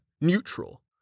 neutral